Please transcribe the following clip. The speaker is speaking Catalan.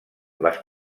les